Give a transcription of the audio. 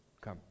Come